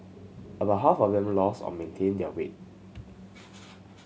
about half of them lost or maintained their weight